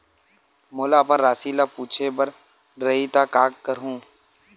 मोला अपन राशि ल पूछे बर रही त का करहूं?